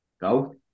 go